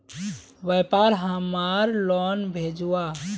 व्यापार हमार लोन भेजुआ?